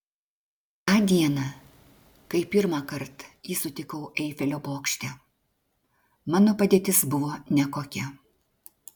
tą dieną kai pirmąkart jį sutikau eifelio bokšte mano padėtis buvo nekokia